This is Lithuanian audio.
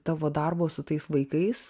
tavo darbo su tais vaikais